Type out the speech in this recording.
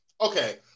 Okay